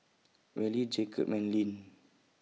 Wally Jacob and Leann